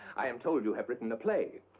i am told you have written a play.